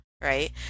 right